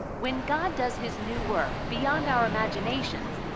when god does his new work beyond our imaginations,